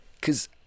cause